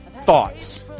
thoughts